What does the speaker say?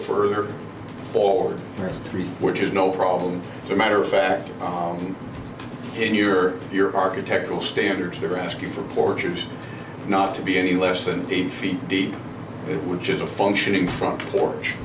further forward three which is no problem a matter of fact in your your architectural standards they're asking for porters not to be any less than eight feet deep which is a functioning front porch